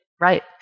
right